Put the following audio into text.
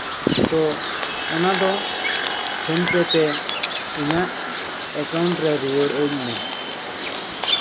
ᱛᱳ ᱚᱱᱟ ᱫᱚ ᱯᱷᱳᱱ ᱯᱮ ᱛᱮ ᱤᱧᱟᱹᱜ ᱮᱠᱟᱣᱩᱴ ᱨᱮ ᱨᱩᱣᱟᱹᱲ ᱟᱹᱧ ᱢᱮ